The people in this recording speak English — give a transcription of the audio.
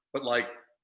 but, like,